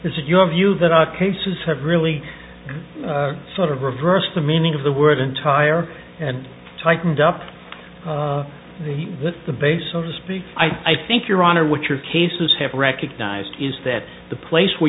this is your view that cases have really sort of reversed the meaning of the word entire and tightened up the the base so to speak i think your honor what your cases have recognized is that the place where